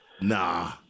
Nah